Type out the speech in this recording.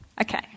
Okay